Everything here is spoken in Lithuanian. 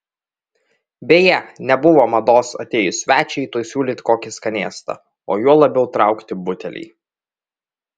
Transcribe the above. beje nebuvo mados atėjus svečiui tuoj siūlyti kokį skanėstą o juo labiau traukti butelį